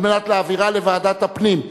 כדי להעבירה לוועדת הפנים.